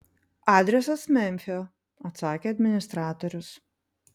adresas memfio atsakė administratorius